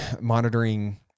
monitoring